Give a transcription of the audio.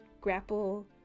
grapple